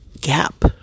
gap